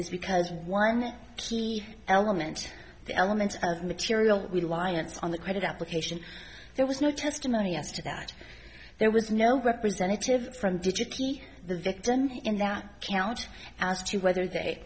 is because of one key element the elements of material reliance on the credit application there was no testimony as to that there was no representative from digitally the victim in that county as to whether they